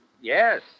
yes